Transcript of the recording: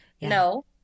No